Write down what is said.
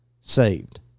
saved